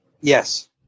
Yes